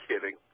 kidding